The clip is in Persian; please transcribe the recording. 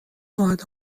خواهد